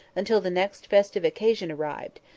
until the next festive occasion arrived,